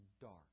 dark